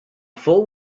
full